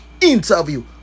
interview